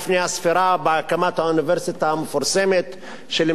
בהקמת האוניברסיטה המפורסמת שלימדה פילוסופיה,